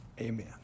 Amen